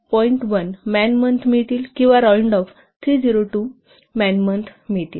1 man month मिळतील किंवा round off जे 302 मॅन मंथ मिळतील